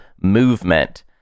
movement